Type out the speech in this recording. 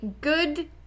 good